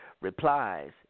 replies